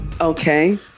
Okay